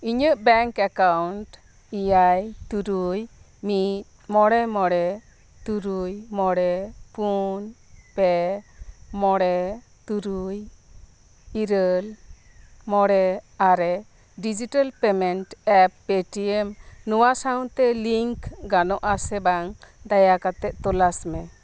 ᱤᱧᱟᱹᱜ bank account ᱮᱭᱟᱭ ᱛᱩᱨᱩᱭ ᱢᱤᱫ ᱢᱚᱬᱮ ᱢᱚᱬᱮ ᱛᱩᱨᱩᱭ ᱢᱚᱬᱮ ᱯᱩᱱ ᱯᱮ ᱢᱚᱬᱮ ᱛᱩᱨᱩᱭ ᱤᱨᱟᱹᱞ ᱢᱚᱬᱮ ᱟᱨᱮ digital payment app Paytm ᱱᱚᱣᱟ ᱥᱟᱶᱛᱮ ᱞᱤᱝᱠ ᱜᱟᱱᱚᱜᱼᱟ ᱥᱮ ᱵᱟᱝ ᱫᱟᱭᱟ ᱠᱟᱛᱮᱫ ᱛᱚᱞᱟᱥ ᱢᱮ